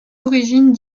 origines